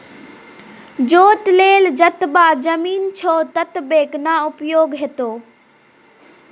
जोत लेल जतबा जमीन छौ ततबेक न उपयोग हेतौ